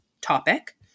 topic